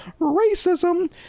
racism